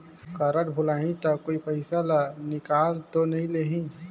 Card भुलाही ता कोई पईसा ला निकाल तो नि लेही?